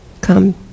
come